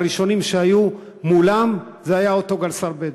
הראשונים שהיו מולם היו אותו גדס"ר בדואי.